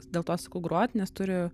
dėl to sakau grot nes turi